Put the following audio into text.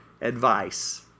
advice